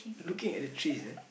looking at the trees eh